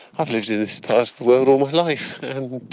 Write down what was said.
i've lived in this part of the world all my life and, ah,